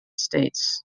states